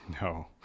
No